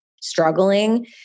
struggling